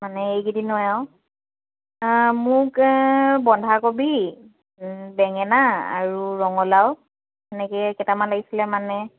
মানে এইকেইদিনই আৰু মোক বন্ধাকবি বেঙেনা আৰু ৰঙালাও এনেকেই কেইটামান লাগিছিলে মানে